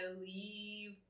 leave